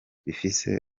bifise